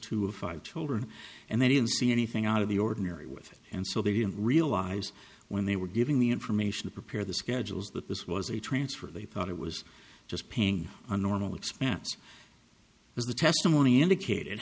of five children and they didn't see anything out of the ordinary with it and so they didn't realize when they were giving the information to prepare the schedules that this was a transfer they thought it was just paying the normal expense as the testimony indicated